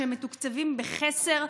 שהם מתוקצבים בחסר,